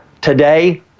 Today